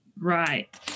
right